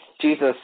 Jesus